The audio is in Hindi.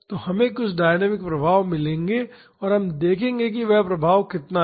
तो हमें कुछ डायनामिक प्रभाव मिलेंगे और हम देखेंगे कि वह प्रभाव कितना है